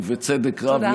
ובצדק רב,